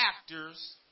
actors